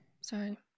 sorry